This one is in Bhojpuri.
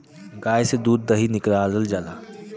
गाय से दूध दही निकालल जाला